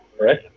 right